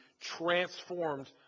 transformed